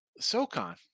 SoCon